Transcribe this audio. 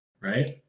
right